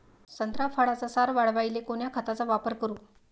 संत्रा फळाचा सार वाढवायले कोन्या खताचा वापर करू?